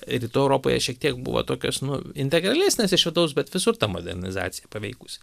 rytų europoje šiek tiek buvo tokios nu integralesnės iš vidaus bet visur ta modernizacija paveikusi